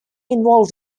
involved